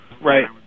Right